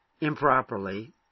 improperly